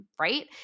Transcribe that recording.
right